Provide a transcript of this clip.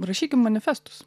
rašykim manifestus